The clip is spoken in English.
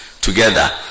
together